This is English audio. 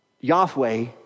Yahweh